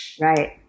Right